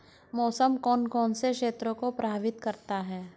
मौसम कौन कौन से क्षेत्रों को प्रभावित करता है?